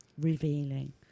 revealing